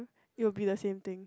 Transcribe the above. you'll be the same thing